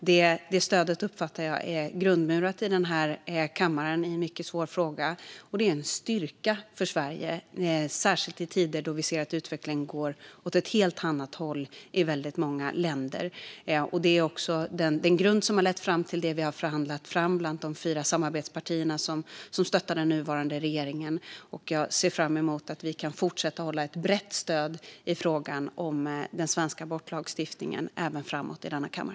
Jag uppfattar att detta stöd är grundmurat i en mycket svår fråga i denna kammare. Och det är en styrka för Sverige, särskilt i tider då vi ser att utvecklingen går åt ett helt annat håll i väldigt många länder. Det är också denna grund som har lett fram till det som vi har förhandlat fram bland de fyra samarbetspartierna som stöttar den nuvarande regeringen. Och jag ser fram emot att vi kan fortsätta att ha ett brett stöd i frågan om den svenska abortlagstiftningen i denna kammare även framöver.